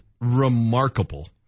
remarkable